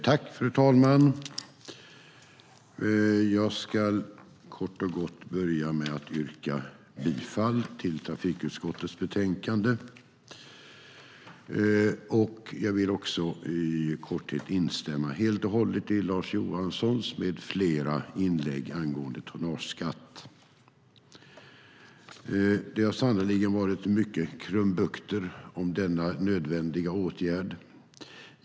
Fru talman! Jag ska börja med att yrka bifall till trafikutskottets förslag, och jag vill också i korthet instämma i inläggen från Lars Johansson med flera angående tonnageskatt. Det har sannerligen varit mycket krumbukter om denna nödvändiga åtgärd.